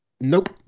Nope